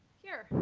here.